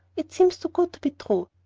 it seems too good to be true.